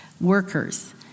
workers